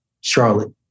Charlotte